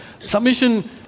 Submission